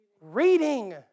reading